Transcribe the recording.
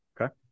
Okay